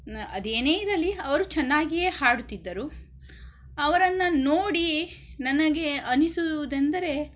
ಅದೇನೇ ಇರಲಿ ಅವರು ಚೆನ್ನಾಗಿಯೇ ಹಾಡುತ್ತಿದ್ದರು ಅವರನ್ನು ನೋಡಿ ನನಗೆ ಅನ್ನಿಸುವುದೆಂದರೆ